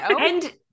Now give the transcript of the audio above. And-